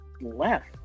left